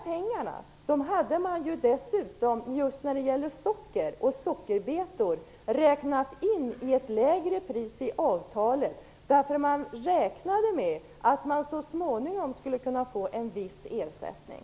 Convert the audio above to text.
Pengarna hade man dessutom just när det gäller socker och sockerbetor räknat in i ett lägre pris i avtalet, eftersom man räknade med att man så småningom skulle kunna få en viss ersättning.